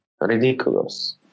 ridiculous